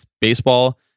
baseball